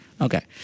okay